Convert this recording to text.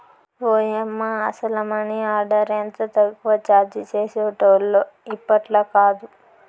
ఓయమ్మ, అసల money order ఎంత తక్కువ చార్జీ చేసేటోల్లో ఇప్పట్లాకాదు